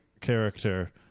character